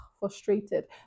frustrated